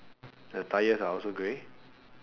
the tyres are also grey